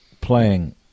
playing